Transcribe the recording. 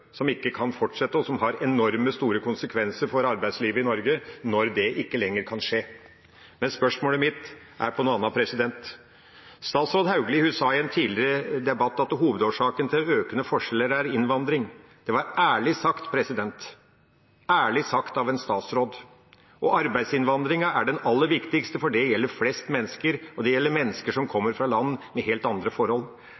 som ikke kan fortsette, og det har enormt store konsekvenser for arbeidslivet i Norge når det ikke lenger kan skje. Men spørsmålet mitt er om noe annet. Statsråd Hauglie sa i en tidligere debatt at hovedårsaken til økende forskjeller er innvandring. Det var ærlig sagt – ærlig sagt av en statsråd. Arbeidsinnvandringen er den aller viktigste, for det gjelder flest mennesker, og det gjelder mennesker som